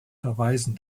verweisen